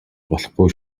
болохгүй